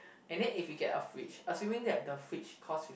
and then if we get a fridge assuming that the fridge cost